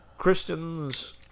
Christians